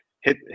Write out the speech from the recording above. hit